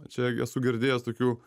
čia esu girdėjęs tokių